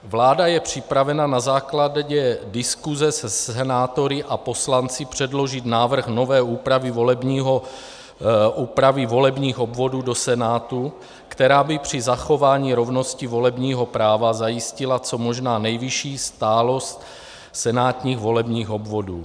Vláda je připravena na základě diskuse se senátory a poslanci předložit návrh nové úpravy volebních obvodů do Senátu, která by při zachování rovnosti volebního práva zajistila co možná nejvyšší stálost senátních volebních obvodů.